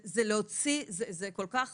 זה כל כך